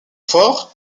fort